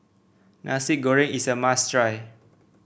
Nasi Goreng is a must try